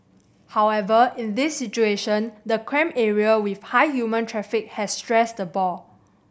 however in this situation the cramped area with high human traffic has stressed the boar